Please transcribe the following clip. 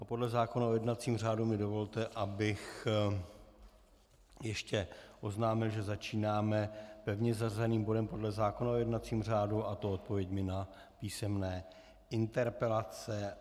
Podle zákona o jednacím řádu mi dovolte, abych ještě oznámil, že začínáme pevně zařazeným bodem podle zákona o jednacím řádu, a to odpověďmi na písemné interpelace.